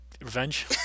Revenge